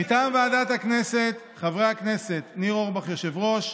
מטעם ועדת הכנסת חברי הכנסת ניר אורבך, יושב-ראש,